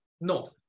No